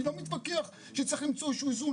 אני לא מתווכח שצריך למצוא איזה שהוא איזון